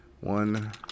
one